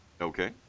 Okay